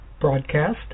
broadcast